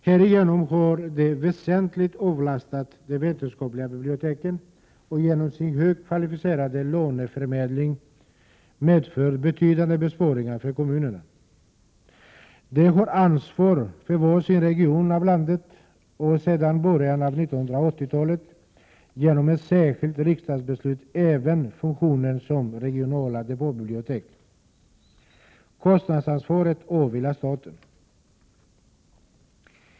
Härigenom har de väsentligt avlastat de vetenskapliga biblioteken och genom sin högt kvalificerade låneförmedling medfört betydande besparingar för kommunerna. De har ansvar för var sin region av landet och har sedan början av 1980-talet, genom ett särskilt riksdagsbeslut, även funktionen som regionala depåbibliotek. Kostnadsansvaret åvilar staten.